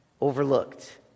overlooked